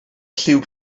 lliw